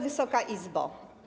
Wysoka Izbo!